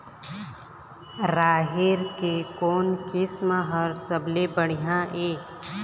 राहेर के कोन किस्म हर सबले बढ़िया ये?